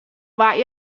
war